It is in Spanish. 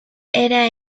era